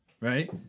Right